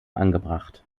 angebracht